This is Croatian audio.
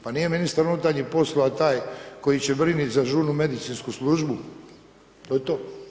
Pa nije ministar unutarnjih poslova taj koji će brinit za žurnu medicinsku službu, to je to.